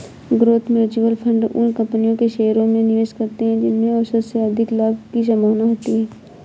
growth mutual fund उन कंपनियों के शेयरों में निवेश करते हैं जिनमें औसत से अधिक लाभ की संभावना होती है